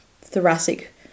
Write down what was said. thoracic